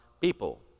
people